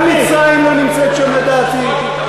גם מצרים לא נמצאת שם, לדעתי.